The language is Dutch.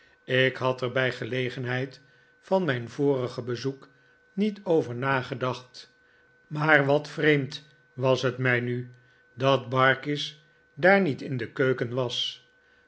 ik had er bij gelegenheid van mijn vorige bezoek niet over nagedacht maar wat vreemd was het mij nu dat barkis daar niet in de keuken was